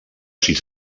sis